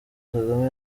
kagame